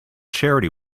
charity